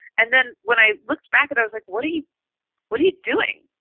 and then when i looked back at, i was like, what are you what are you doing?